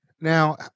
Now